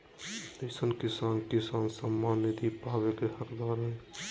कईसन किसान किसान सम्मान निधि पावे के हकदार हय?